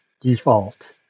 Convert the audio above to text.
Default